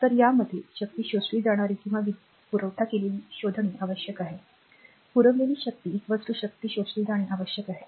तर यामध्ये शक्ती शोषली जाणारी किंवा वीज पुरवठा केलेली शोधणे आवश्यक आहे पुरविलेली शक्ती शक्ती शोषली जाणे आवश्यक आहे